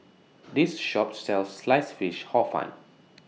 This Shop sells Sliced Fish Hor Fun